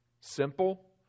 Simple